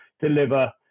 deliver